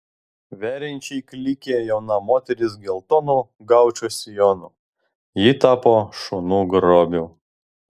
veriančiai klykė jauna moteris geltonu gaučo sijonu ji tapo šunų grobiu